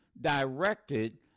directed